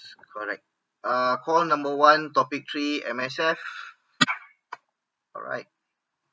correct err call number one topic three M_S_F alright